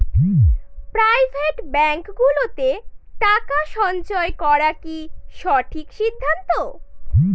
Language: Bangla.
প্রাইভেট ব্যাঙ্কগুলোতে টাকা সঞ্চয় করা কি সঠিক সিদ্ধান্ত?